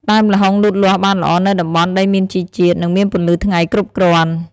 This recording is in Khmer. ដើមល្ហុងលូតលាស់បានល្អនៅតំបន់ដីមានជីជាតិ និងមានពន្លឺថ្ងៃគ្រប់គ្រាន់។